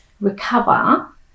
recover